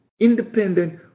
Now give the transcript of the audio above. independent